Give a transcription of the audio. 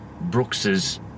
Brooks's